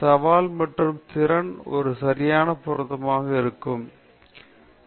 சவால் மற்றும் திறன் ஒரு சரியான பொருத்தம் உள்ளது நீங்கள் வரும் சிறந்த விஷயம் நீங்கள் என்ன செய்கிறீர்களோ அதை நீங்கள் அனுபவிப்பீர்கள் இந்த அடிப்படையில் ப்ளோ தியரி சரி